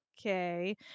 Okay